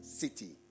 city